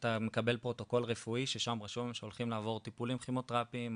אתה מקבל פרוטוקול רפואי ששם רשום שהולכים לעבור טיפולים כימותרפיים,